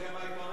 חלק מזה,